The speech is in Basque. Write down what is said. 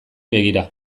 begira